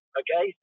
okay